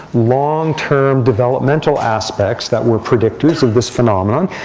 long-term developmental aspects that were predictors of this phenomenon.